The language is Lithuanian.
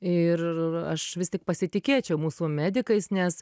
ir aš vis tik pasitikėčiau mūsų medikais nes